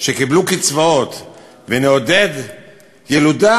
שקיבלו קצבאות ונעודד ילודה,